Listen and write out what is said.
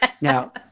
Now